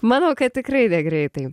manau kad tikrai negreitai